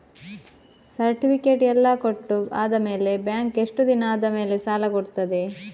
Certificate ಎಲ್ಲಾ ಕೊಟ್ಟು ಆದಮೇಲೆ ಬ್ಯಾಂಕ್ ಎಷ್ಟು ದಿನ ಆದಮೇಲೆ ಸಾಲ ಕೊಡ್ತದೆ?